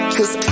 Cause